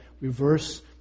reverse